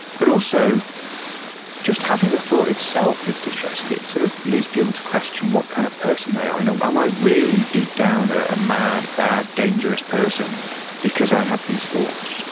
but also just having the thought itself is distressing. it sort of leaves people to question what kind of person they are you know am i really deep down a ah mad, bad, dangerous person because i have these thoughts?